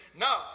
No